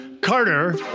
Carter